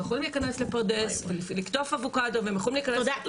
יכולים להיכנס לפרדס ולקטוף אבוקדו --- תודה,